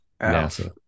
NASA